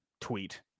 tweet